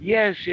Yes